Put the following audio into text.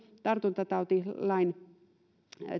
tartuntatautilain